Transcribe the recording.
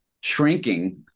shrinking